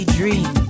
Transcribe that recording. dream